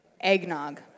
eggnog